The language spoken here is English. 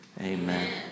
Amen